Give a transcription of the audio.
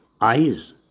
eyes